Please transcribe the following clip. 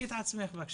אני